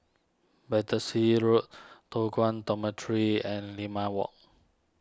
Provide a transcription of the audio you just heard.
Battersea Road Toh Guan Dormitory and Limau Walk